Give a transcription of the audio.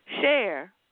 share